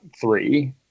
three